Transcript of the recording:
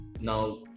Now